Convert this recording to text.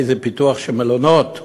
איזה פיתוח של מלונות,